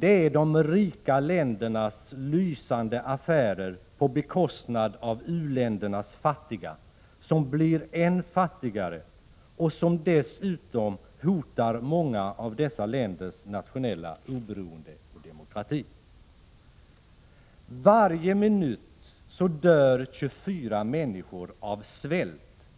är de rika ländernas lysande affärer på bekostnad av u-ländernas fattiga, som blir än fattigare, och det hotar dessutom många av dessa länders nationella oberoende och demokrati. Varje minut dör 24 människor av svält.